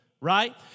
right